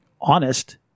honest